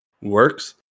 Works